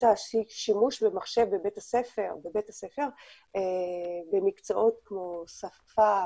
שימוש במחשב בבית הספר במקצועות כמו שפה,